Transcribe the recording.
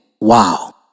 Wow